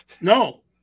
No